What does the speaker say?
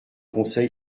conseil